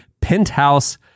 penthouse